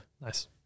nice